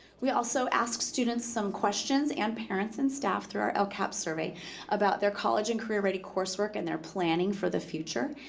we also asked students some questions, and parents and staff, through our lcap survey about their college and career-ready coursework, and their planning for the future.